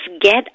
get